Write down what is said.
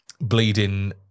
Bleeding